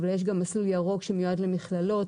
אבל יש גם מסלול ירוק שמיועד למכללות,